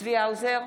צבי האוזר,